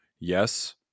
Yes